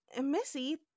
Missy